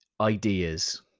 ideas